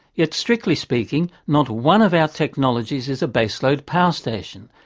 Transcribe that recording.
yet, strictly speaking, not one of our technologies is a base-load power station,